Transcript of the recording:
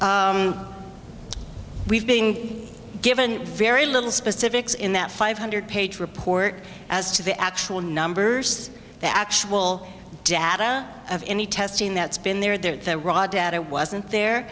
we've being given very little specifics in that five hundred page report as to the actual numbers the actual data of any testing that's been there the raw data wasn't there